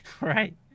Right